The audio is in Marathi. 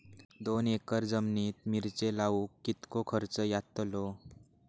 दोन एकर जमिनीत मिरचे लाऊक कितको खर्च यातलो?